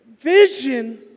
vision